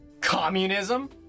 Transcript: Communism